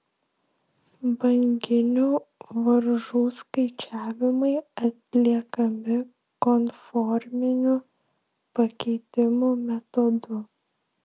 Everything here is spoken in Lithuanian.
banginių varžų skaičiavimai atliekami konforminių pakeitimų metodu